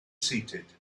seated